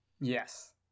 Yes